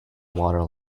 water